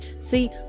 See